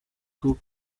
cup